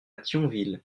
thionville